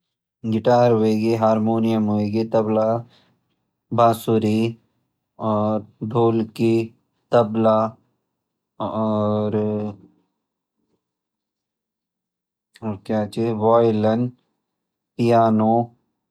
गिटार होएगी हारमोनियम होएगी तबला बासुरी और ढोलकी तबला और क्या छ वायलिन पियानो।